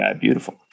beautiful